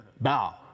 Bow